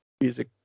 music